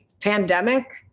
Pandemic